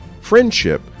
friendship